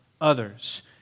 others